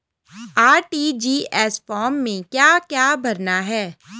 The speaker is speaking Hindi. आर.टी.जी.एस फार्म में क्या क्या भरना है?